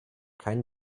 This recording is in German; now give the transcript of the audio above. keinen